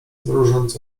mrużąc